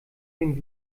dem